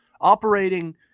operating